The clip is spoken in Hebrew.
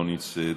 לא נמצאת,